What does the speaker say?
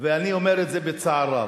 ואני אומר את זה בצער רב.